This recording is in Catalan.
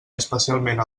especialment